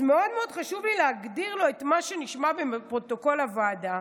אז מאוד מאוד חשוב לי להגדיר לו את מה שנשמע בפרוטוקול הוועדה.